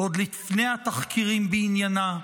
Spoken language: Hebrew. עוד לפני התחקירים בעניינה,